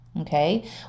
Okay